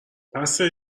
بسه